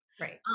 right